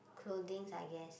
clothings I guess